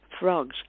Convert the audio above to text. frogs